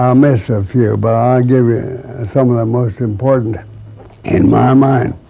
um miss a few. but i'll give you some of the most important in my mind.